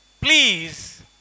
please